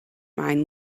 mind